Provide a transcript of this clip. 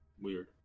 weird